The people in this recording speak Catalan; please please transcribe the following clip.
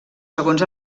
segons